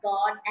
God